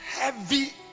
heavy